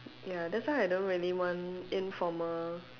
ya that's why I don't really want informal